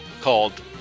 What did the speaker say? Called